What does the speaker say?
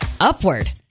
upward